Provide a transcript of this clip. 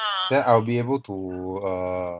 then I'll be able to err